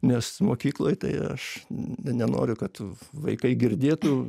nes mokykloj tai aš nenoriu kad vaikai girdėtų